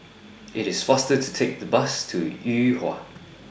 IT IS faster to Take The Bus to Yuhua